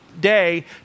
day